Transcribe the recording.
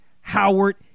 howard